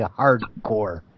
hardcore